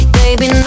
baby